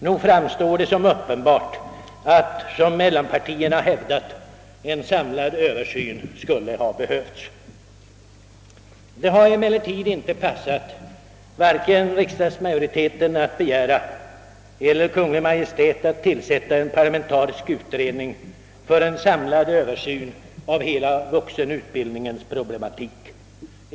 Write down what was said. Nog framstår det som uppenbart att, som mellanpartierna hävdat, en samlad översyn skulle ha behövts. Det har emellertid inte passat vare sig riksdagsmajoriteten att begära eller Kungl. Maj:t att tillsätta en parlamentarisk utredning för en samlad översyn av hela vuxenutbildningens problematik.